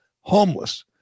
homeless